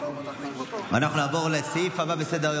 למה הוא מכניס את הרעל